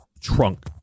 trunk